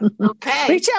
okay